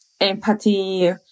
empathy